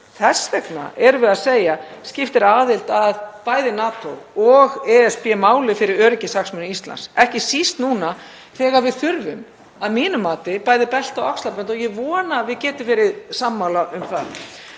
Þess vegna erum við að segja að aðild að bæði NATO og ESB skipti máli fyrir öryggishagsmuni Íslands, ekki síst núna þegar við þurfum að mínu mati bæði belti og axlabönd og ég vona að við getum verið sammála um það.